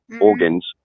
organs